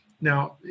Now